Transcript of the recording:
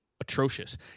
atrocious